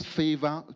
favor